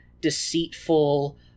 deceitful